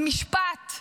משפט,